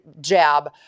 jab